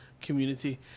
community